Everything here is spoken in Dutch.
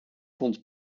vond